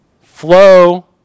flow